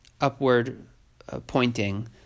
upward-pointing